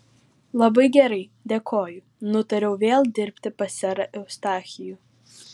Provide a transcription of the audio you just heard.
labai gerai dėkoju nutariau vėl dirbti pas serą eustachijų